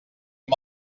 amb